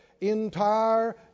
entire